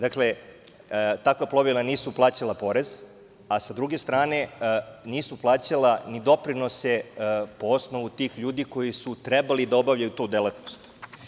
Takva plovila nisu plaćala porez, a sa druge strane, nisu plaćala ni doprinose po osnovu tih ljudi koji su trebali da obavljaju tu delatnost.